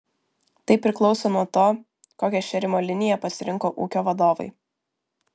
tai priklauso nuo to kokią šėrimo liniją pasirinko ūkio vadovai